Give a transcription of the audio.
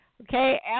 Okay